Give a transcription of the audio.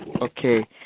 okay